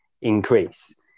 increase